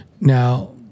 Now